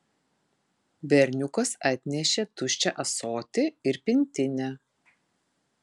berniukas atnešė tuščią ąsotį ir pintinę